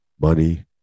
money